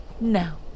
Now